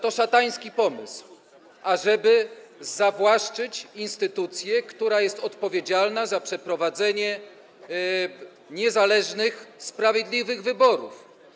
To szatański pomysł, ażeby zawłaszczyć instytucję, która jest odpowiedzialna za przeprowadzenie niezależnych, sprawiedliwych wyborów.